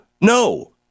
No